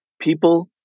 people